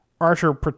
Archer